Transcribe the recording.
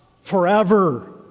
forever